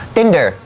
Tinder